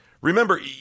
Remember